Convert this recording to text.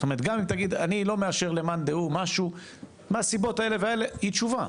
גם אם תגיד אני לא מאשר למאן דהוא משהו מהסיבות האלו והאלו היא תשובה,